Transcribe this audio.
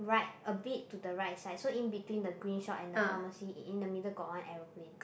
right a bit to the right side so in between the green shop and the pharmacy in the middle got one aeroplane